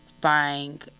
buying